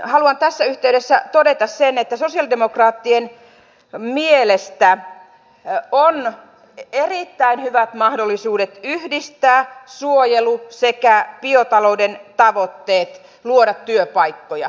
haluan tässä yhteydessä todeta sen että sosialidemokraattien mielestä on erittäin hyvät mahdollisuudet yhdistää suojelu sekä biotalouden tavoitteet luoda työpaikkoja